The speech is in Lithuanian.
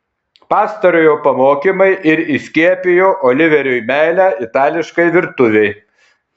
pastarojo pamokymai ir įskiepijo oliveriui meilę itališkai virtuvei